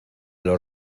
los